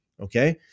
Okay